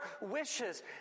wishes